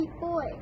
boy